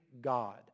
God